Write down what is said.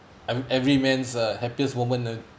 I'm every man's uh happiest moment uh